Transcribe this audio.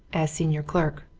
as senior clerk,